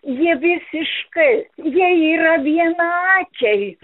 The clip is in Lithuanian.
jie visiškai jie yra vienaakiai